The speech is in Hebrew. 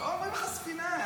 לא אומרים לך ספינה.